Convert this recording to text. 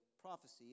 prophecy